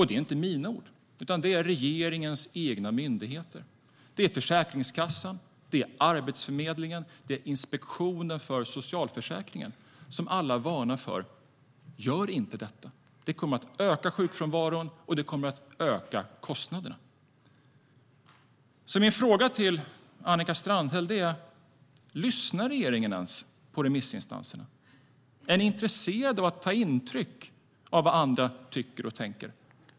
Det är inte mina ord, utan det är regeringens egna myndigheter som säger detta. Det är Försäkringskassan, det är Arbetsförmedlingen och det är Inspektionen för socialförsäkringen som alla varnar för detta och säger: Gör det inte! Det kommer att öka sjukfrånvaron, och det kommer att öka kostnaderna. Min fråga till Annika Strandhäll är därför: Lyssnar regeringen på remissinstanserna? Är ni intresserade av att ta intryck av vad andra tycker och tänker?